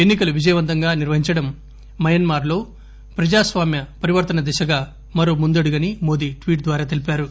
ఎన్ని కలు విజయవంతంగా నిర్వహించడం మయన్మార్లో ప్రజాస్సామ్య పరివర్తన దిశగా మరో ముందడుగని మోదీ ట్వీట్ ద్వారా తెలిపారు